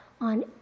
on